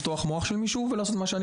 לפתוח מוח של מישהו ולעשות מה שאני